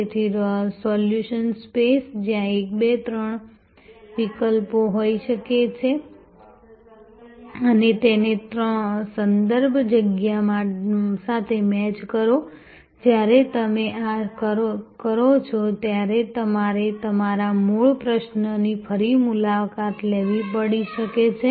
તેથી solution space જ્યાં 1 2 3 વિકલ્પો હોઈ શકે છે અને તેને સંદર્ભ જગ્યા સાથે મેચ કરો જ્યારે તમે આ કરો છો ત્યારે તમારે તમારા મૂળ પ્રશ્નની ફરી મુલાકાત લેવી પડી શકે છે